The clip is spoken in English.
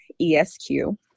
E-S-Q